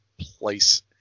place